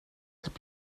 heb